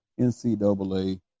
NCAA